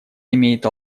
имеет